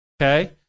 Okay